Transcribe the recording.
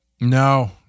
No